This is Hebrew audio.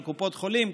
על קופות חולים,